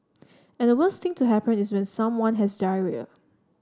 and the worst thing to happen is when someone has diarrhoea